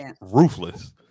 ruthless